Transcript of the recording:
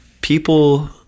people